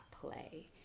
play